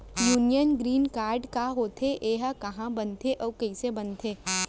Union green card का होथे, एहा कहाँ बनथे अऊ कइसे बनथे?